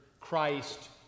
Christ